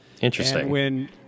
Interesting